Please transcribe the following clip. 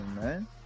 man